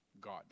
God